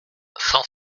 cent